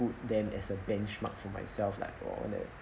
put them as a benchmark for myself like or all that